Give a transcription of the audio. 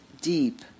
deep